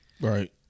Right